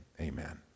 amen